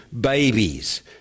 babies